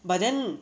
but then